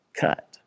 cut